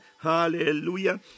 hallelujah